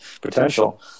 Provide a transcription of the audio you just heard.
potential